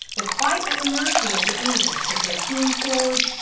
were quite at the mercy of the english with their keen swords,